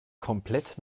komplett